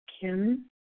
Kim